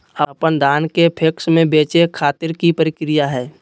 अपन धान के पैक्स मैं बेचे खातिर की प्रक्रिया हय?